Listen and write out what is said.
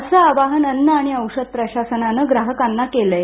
असं आवाहन अन्न आणि औषध प्रशासनाने ग्राहकांना केलं आहे